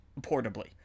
portably